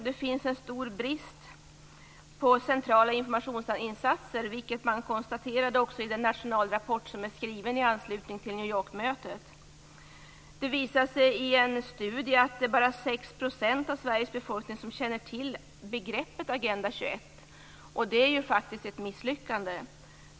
Det råder stor brist på centrala informationsinsatser, vilket man också konstaterade i den nationalrapport som skrevs i anslutning till New En studie visar att bara 6 % av Sveriges befolkning känner till begreppet Agenda 21, och det är faktiskt ett misslyckande.